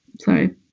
Sorry